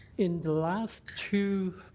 in the last two